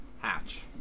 hatch